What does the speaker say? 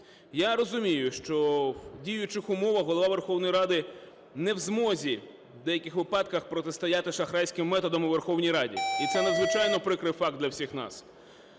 Я розумію, що в діючих умовах Голова Верховної Ради не в змозі в деяких випадках протистояти шахрайським методам у Верховній Раді і це надзвичайно прикрий факт для всіх нас.